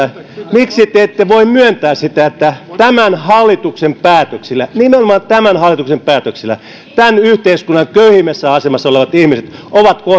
miksi te ette voi myöntää sitä että tämän hallituksen päätöksillä nimenomaan tämän hallituksen päätöksillä tämän yhteiskunnan köyhimmässä asemassa olevat ihmiset ovat